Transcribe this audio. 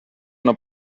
una